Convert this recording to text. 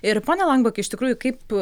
ir pone lanbok kai iš tikrųjų kaip